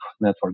network